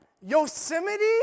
Yosemite